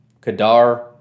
Kadar